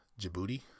Djibouti